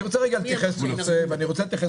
אני רוצה רגע להתייחס לנושא, ואני רוצה להתייחס